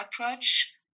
approach